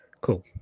cool